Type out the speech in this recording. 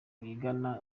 bigana